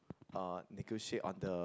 uh negotiate on the